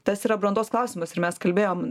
tas yra brandos klausimas ir mes kalbėjom